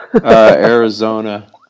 Arizona